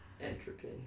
Entropy